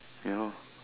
ya